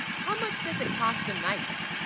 how much does it cost a night